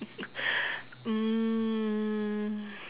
mm